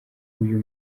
uyu